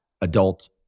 adult